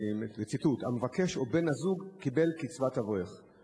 "המבקש או בן-הזוג קיבל קצבת אברך";